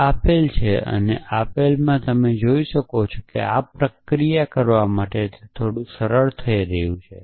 આ આપેલ અને આ આપેલ તમે જોઈ શકો છો કે આ પ્રક્રિયા કરવા માટે તે થોડું સરળ થઈ રહ્યું છે